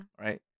Right